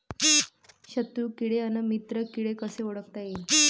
शत्रु किडे अन मित्र किडे कसे ओळखता येईन?